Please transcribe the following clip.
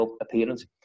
appearance